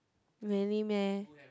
really meh